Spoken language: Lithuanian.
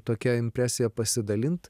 tokia impresija pasidalint